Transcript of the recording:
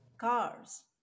cars